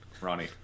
Ronnie